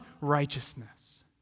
righteousness